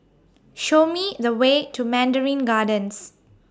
Show Me The Way to Mandarin Gardens